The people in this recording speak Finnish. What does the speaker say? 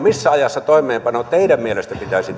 missä ajassa toimeenpano teidän mielestänne pitäisi